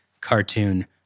cartoon